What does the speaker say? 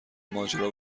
ماجرا